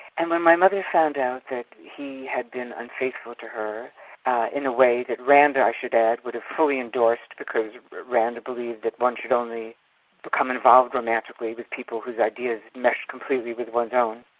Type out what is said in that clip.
and when my mother found out that he had been unfaithful to her in a way that rand, i should add, would have fully endorsed, because rand believed that one should only become involved romantically with people whose ideas meshed completely with one's own,